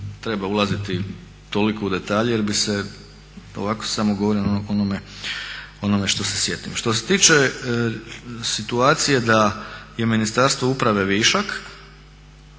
treba ulaziti toliko u detalje jer bi se, ovako samo govorim o onome što se sjetim. Što se tiče situacije da je Ministarstvo uprave višak,